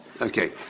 Okay